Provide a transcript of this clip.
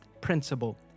principle